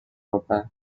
یابد